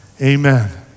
Amen